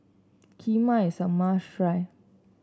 Kheema is a must try